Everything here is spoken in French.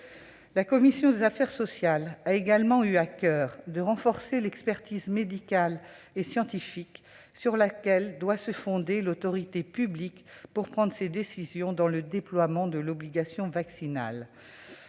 La commission des affaires sociales a également eu à coeur de renforcer l'expertise médicale et scientifique sur laquelle doit se fonder l'autorité publique pour prendre ses décisions dans le déploiement de l'obligation vaccinale.